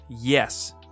Yes